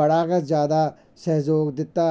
बड़ा गै जादा सैह्योग दित्ता